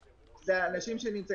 לתת